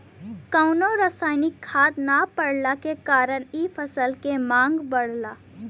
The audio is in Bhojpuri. कवनो रासायनिक खाद ना पड़ला के कारण इ फसल के मांग बढ़ला